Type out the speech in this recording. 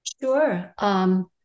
Sure